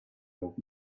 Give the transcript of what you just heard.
old